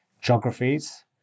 geographies